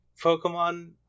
Pokemon